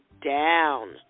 down